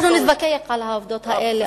אנחנו נתווכח על העובדות האלה,